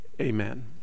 amen